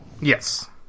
Yes